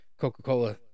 coca-cola